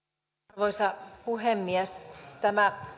arvoisa puhemies tämä